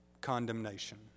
condemnation